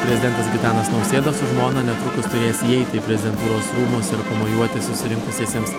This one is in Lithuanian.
prezidentas gitanas nausėda su žmona netrukus turės įeiti į prezidentūros rūmus mojuoti susirinkusiesiems